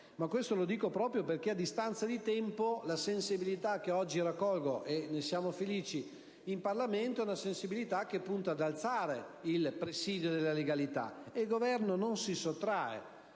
ma questo lo dico proprio perché, a distanza di tempo, la sensibilità che oggi raccolgo in Parlamento - e ne siamo felici - punta ad alzare il presidio della legalità. E il Governo non si sottrae: